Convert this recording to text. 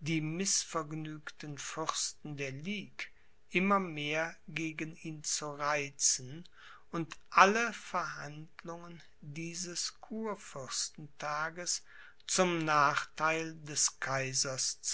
die mißvergnügten fürsten der ligue immer mehr gegen ihn zu reizen und alle verhandlungen dieses kurfürstentages zum nachtheil des kaisers